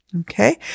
okay